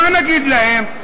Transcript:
מה נגיד להם,